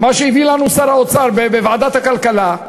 מה שהביא לנו שר האוצר בוועדת הכלכלה,